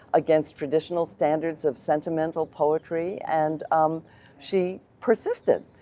against traditional standards of sentimental poetry and she persisted.